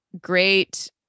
great